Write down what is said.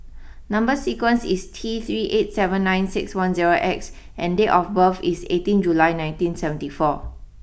number sequence is T three eight seven nine six one zero X and date of birth is eighteen July nineteen seventy four